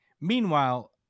Meanwhile